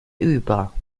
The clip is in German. über